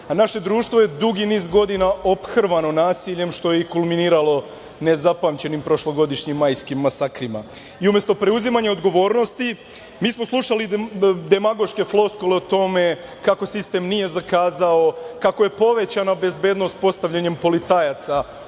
a naše društvo je dugi niz godina ophrvano nasiljem što je i kulminiralo ne zapamćenim prošlogodišnjim majskim masakrima i umesto preuzimanja odgovornosti mi smo slušali demagoške floskule o tome kako sistem nije zakazao, kako je povećana bezbednost postavljanjem policajaca